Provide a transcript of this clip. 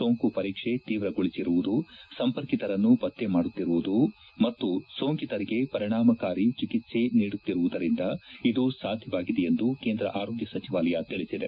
ಸೋಂಕು ಸ್ಪರೀಕ್ಷೆ ತೀವ್ರಗೊಳಿಸಿರುವುದು ಸಂಪರ್ಕಿತರನ್ನು ಪತ್ತೆ ಮಾಡುತ್ತಿರುವುದು ಮತ್ತು ಸೋಂಕಿತರಿಗೆ ಪರಿಣಾಮಕಾರಿಯಾಗಿ ಚಿಕಿತ್ಸ ನೀಡುತ್ತಿರುವುದರಿಂದ ಇದು ಸಾಧ್ಯವಾಗಿದೆ ಎಂದು ಕೇಂದ್ರ ಆರೋಗ್ನ ಸಚಿವಾಲಯ ತಿಳಿಸಿದೆ